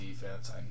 defense